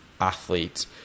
athletes